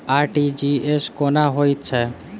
RTGS कोना होइत छै?